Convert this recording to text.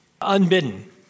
unbidden